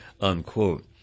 unquote